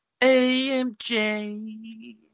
AMJ